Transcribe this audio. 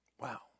Wow